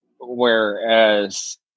whereas